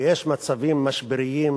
ויש מצבים משבריים,